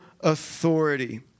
authority